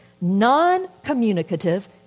non-communicative